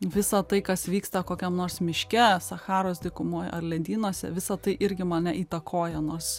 visa tai kas vyksta kokiam nors miške sacharos dykumoj ar ledynuose visa tai irgi mane įtakoja nors